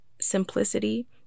simplicity